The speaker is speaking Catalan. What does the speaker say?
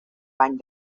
bany